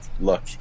look